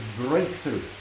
breakthrough